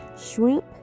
shrimp